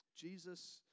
Jesus